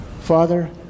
Father